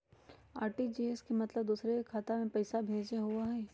RTGS के मतलब दूसरे के खाता में पईसा भेजे होअ हई?